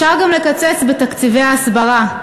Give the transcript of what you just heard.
אפשר גם לקצץ בתקציבי ההסברה,